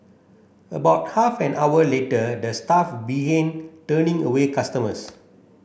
about half an hour later the staff began turning away customers